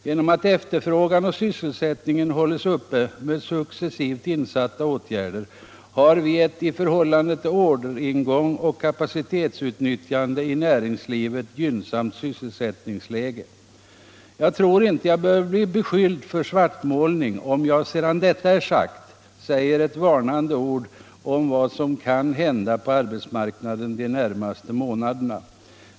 Genom att efterfrågan och sysselsättning hålls uppe med successivt insatta åtgärder har vi ett i förhållande till orderingång och kapacitetsutnyttjande i näringslivet gynnsamt sysselsättningsläge. Jag tror inte att jag behöver bli beskylld för svartmålning, om jag sedan detta är sagt säger ett varnande ord om vad som kan hända på arbetsmarknaden de närmaste månaderna.